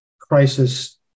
crisis